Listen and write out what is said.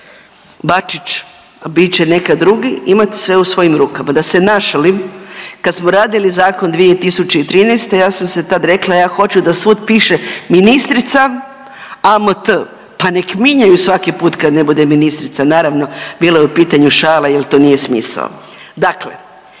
Bačić bit će neki drugi imati sve u svojim rukama. Da se našalim, kad smo radili zakon 2013. ja sam si tad rekla ja hoću da svud piše ministrica AMT pa nek mijenjaju svaki put kad ne bude ministrica. Naravno bila je u pitanju šala, jer to nije smisao.